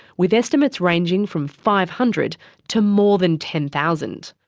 with estimates ranging from five hundred to more than ten thousand.